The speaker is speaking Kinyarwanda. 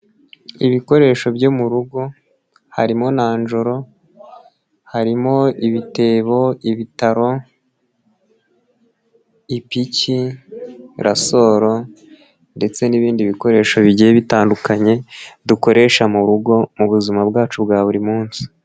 Ibikoresho byo mu rugo, harimo nanjoro, harimo ibitebo, ibitaro, ipiki, rasoro ndetse n'ibindi bikoresho bigiye bitandukanye, dukoresha mu rugo, mu buzima bwacu bwa buri munsi.